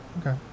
Okay